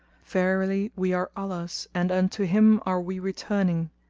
verily we are allah's and unto him are we returning!